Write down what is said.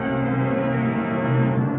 and